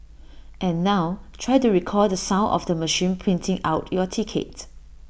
and now try to recall the sound of the machine printing out your ticket